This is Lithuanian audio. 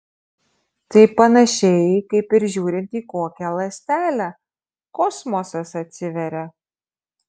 tai panašiai kaip ir žiūrint į kokią ląstelę kosmosas atsiveria